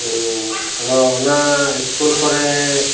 ᱟᱫᱚ ᱚᱱᱟ ᱤᱥᱠᱩᱞ ᱠᱚᱨᱮ